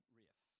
riff